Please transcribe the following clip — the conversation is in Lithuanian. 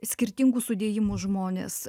skirtingų sudėjimų žmonės